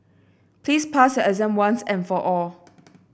please pass your exam once and for all